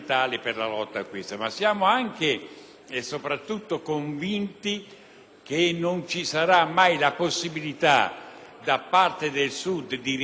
non ci sarà mai la possibilità da parte del Sud di riprendere una propria vitalità e di dare il proprio